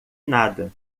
nada